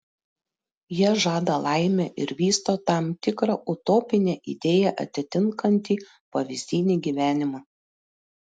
jie žada laimę ir vysto tam tikrą utopinę idėją atitinkantį pavyzdinį gyvenimą